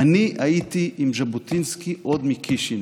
אני הייתי עם ז'בוטינסקי עוד מקישינב,